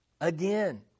Again